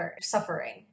suffering